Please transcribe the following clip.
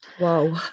whoa